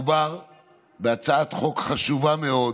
מדובר בהצעת חוק חשובה מאוד,